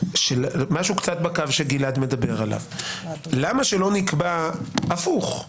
משהו קצת בקו שגלעד מדבר עליו: למה שלא נקבע הפוך,